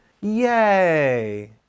Yay